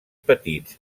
petits